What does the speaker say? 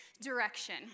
direction